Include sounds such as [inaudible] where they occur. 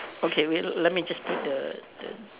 okay wait just let me [noise] put the the